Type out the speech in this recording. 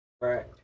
Right